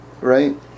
Right